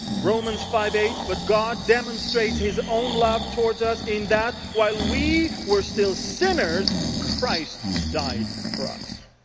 romans five eight, but god demonstrates his own love towards us. in that while we were still sinners, christ died for us.